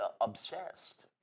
obsessed